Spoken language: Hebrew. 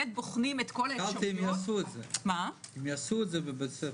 יעשו את זה בבתי ספר?